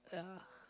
yeah